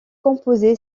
composé